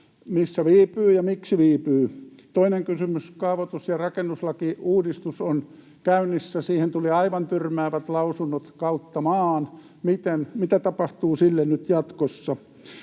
Missä viipyy ja miksi viipyy? Toinen kysymys: Kaavoitus- ja rakennuslakiuudistus on käynnissä. Siihen tuli aivan tyrmäävät lausunnot kautta maan. Mitä tapahtuu sille nyt jatkossa?